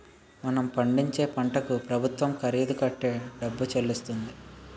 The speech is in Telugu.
మనం పండించే పంటకు ప్రభుత్వం ఖరీదు కట్టే డబ్బు చెల్లిస్తుంది